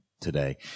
today